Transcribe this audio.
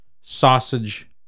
sausage